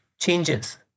changes